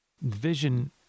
Vision